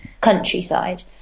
countryside